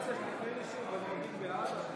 אני מציע שתקראי לי שוב, ואני אגיד בעד.